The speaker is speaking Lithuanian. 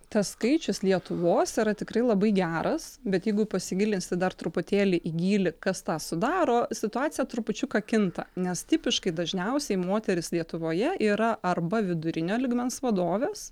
tas skaičius lietuvos yra tikrai labai geras bet jeigu pasigilinsi dar truputėlį į gylį kas tą sudaro situacija trupučiuką kinta nes tipiškai dažniausiai moterys lietuvoje yra arba vidurinio lygmens vadovės